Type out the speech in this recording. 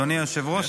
אדוני היושב-ראש,